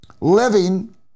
living